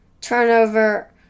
turnover